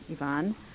Ivan